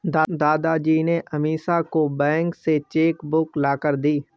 दादाजी ने अमीषा को बैंक से चेक बुक लाकर दी